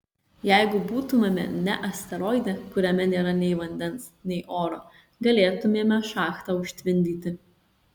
jeigu būtumėme ne asteroide kuriame nėra nei vandens nei oro galėtumėme šachtą užtvindyti